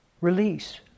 Release